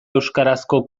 euskarazko